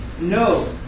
No